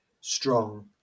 strong